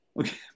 Okay